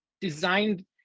designed